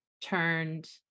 turned